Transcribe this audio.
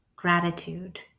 gratitude